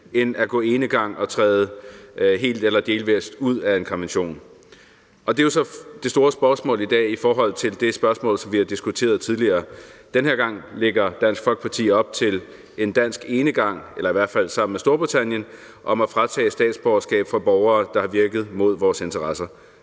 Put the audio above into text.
end at gå enegang og træde helt eller delvis ud af en konvention. Det er jo så det store spørgsmål i dag i forhold til det spørgsmål, som vi har diskuteret tidligere. Den her gang lægger Dansk Folkeparti op til en dansk enegang – eller i hvert fald sammen med Storbritannien – om at fratage statsborgerskabet fra borgere, der har virket mod vores interesser.